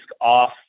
off